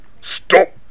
Stop